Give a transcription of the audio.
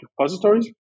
repositories